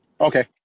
Okay